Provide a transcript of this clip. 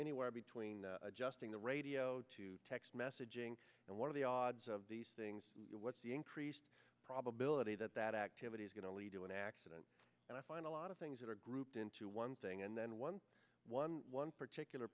anywhere between adjusting the radio to text messaging and one of the odds of things what's the increased probability that that activity is going to lead to an accident and i find a lot of things that are grouped into one thing and then one one one particular